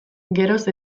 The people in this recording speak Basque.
geroz